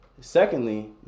Secondly